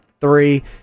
three